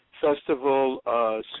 festival